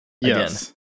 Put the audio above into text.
yes